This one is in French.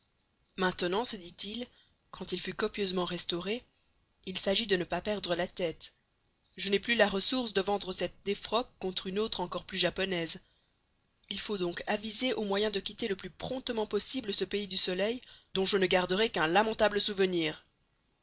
maintenant se dit-il quand il fut copieusement restauré il s'agit de ne pas perdre la tête je n'ai plus la ressource de vendre cette défroque contre une autre encore plus japonaise il faut donc aviser au moyen de quitter le plus promptement possible ce pays du soleil dont je ne garderai qu'un lamentable souvenir